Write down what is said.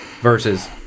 Versus